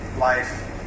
life